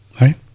Right